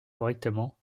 correctement